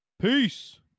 Peace